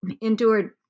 endured